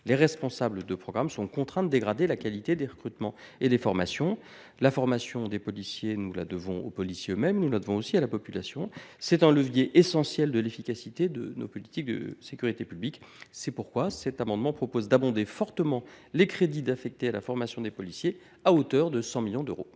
les responsables de programme sont contraints de dégrader la qualité des recrutements et des formations ». La formation des policiers, nous la devons aux policiers eux mêmes, mais également à la population. C’est un levier essentiel de l’efficacité de nos politiques de sécurité publique. C’est pourquoi cet amendement vise à abonder fortement les crédits affectés à la formation des policiers à hauteur de 100 millions d’euros.